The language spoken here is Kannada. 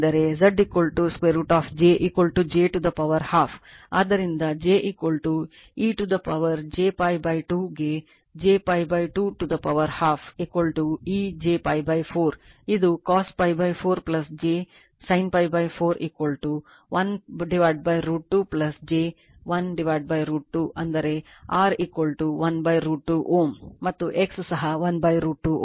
ಆದ್ದರಿಂದ j e j π 2 ಗೆ j π 2 to power half e j π 4 ಇದು cos π 4 j sin π 4 1 √ 2 j 1 √ 2 ಅಂದರೆ R 1√ 2 Ω ಮತ್ತು X ಸಹ 1 √ 2 Ω